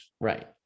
right